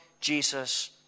Jesus